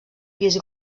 pis